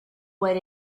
what